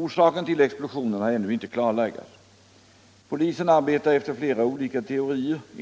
Orsaken till explosionen har ännu inte kunnat klarläggas. Polisen arbetar efter flera olika teorier.